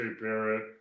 Barrett